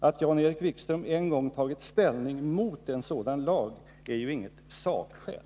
Att Jan-Erik Wikström en gång har tagit ställning emot en sådan lag är ju inget sakskäl.